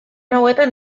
hauetan